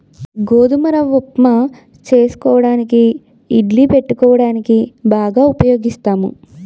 గోధుమ రవ్వ ఉప్మా చేసుకోవడానికి ఇడ్లీ పెట్టుకోవడానికి బాగా ఉపయోగిస్తాం